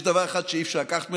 יש דבר אחד שאי-אפשר לקחת ממנו,